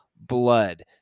blood